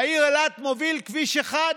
לעיר אילת מוביל כביש אחד.